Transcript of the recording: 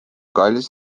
kallis